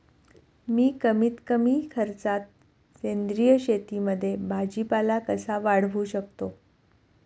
मी कमीत कमी खर्चात सेंद्रिय शेतीमध्ये भाजीपाला कसा वाढवू शकतो?